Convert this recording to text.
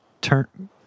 turn